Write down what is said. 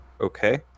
Okay